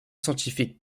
scientifiques